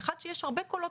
זו טיפה בים